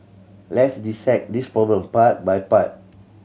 let's dissect this problem part by part